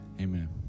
amen